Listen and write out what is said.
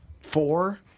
four